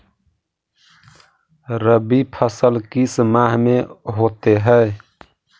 रवि फसल किस माह में होते हैं?